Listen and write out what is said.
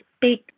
big